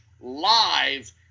live